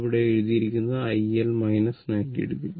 ഇത് ഇവിടെ എഴുതിയിരിക്കുന്നു iL 90o